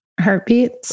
heartbeats